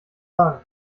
sagen